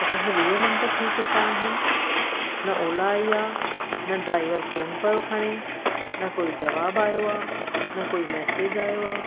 असांखे वीह मिन्ट थी चुका आहिनि न ओला आई आहे न ड्राईवर फोन पियो खणे न कोई जवाबु आयो आहे न कोई मेसेज आयो आहे